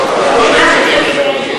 בפני ועדת האתיקה.